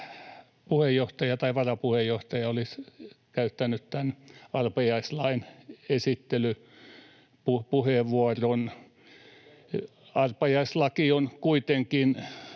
puheenjohtaja tai varapuheenjohtaja olisi käyttänyt tämän arpajaislain esittelypuheenvuoron. Arpajaislaki on kuitenkin